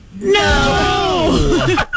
No